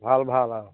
ভাল ভাল আৰু